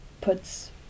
puts